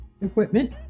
equipment